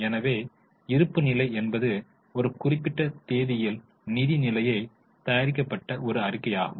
எனவே இருப்புநிலை என்பது ஒரு குறிப்பிட்ட தேதியில் நிதி நிலையை தயாரிக்கப்பட்ட ஒரு அறிக்கையாகும்